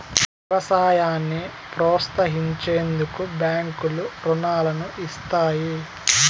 వ్యవసాయాన్ని ప్రోత్సహించేందుకు బ్యాంకులు రుణాలను ఇస్తాయి